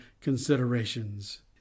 considerations